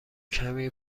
کمی